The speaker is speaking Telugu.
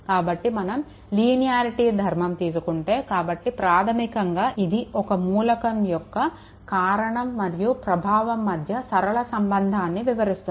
కాబట్టి మనం లీనియారిటీ ధర్మం తీసుకుంటే కాబట్టి ప్రాథమికంగా ఇది ఒక మూలకం యొక్క కారణం మరియు ప్రభావం మధ్య సరళ సంబంధాన్ని వివరిస్తుంది